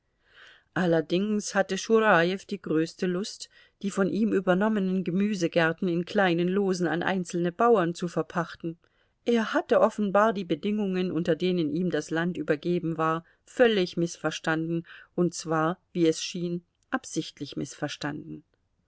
allerdings hatte schurajew die größte lust die von ihm übernommenen gemüsegärten in kleinen losen an einzelne bauern zu verpachten er hatte offenbar die bedingungen unter denen ihm das land übergeben war völlig mißverstanden und zwar wie es schien absichtlich mißverstanden